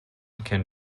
can